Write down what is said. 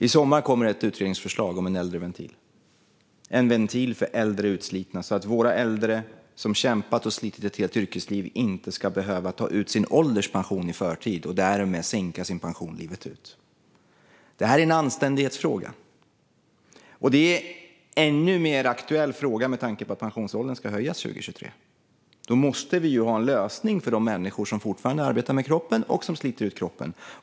I sommar kommer ett utredningsförslag om en äldreventil - en ventil för äldre utslitna så att våra äldre som har kämpat och slitit i ett helt yrkesliv inte ska behöva ta ut sin ålderspension i förtid och därmed sänka sin pension livet ut. Det här är en anständighetsfråga. Och det är en ännu mer aktuell fråga med tanke på att pensionsåldern ska höjas 2023. Då måste vi ha en lösning för de människor som fortfarande arbetar med kroppen och som sliter ut kroppen.